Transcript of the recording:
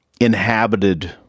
inhabited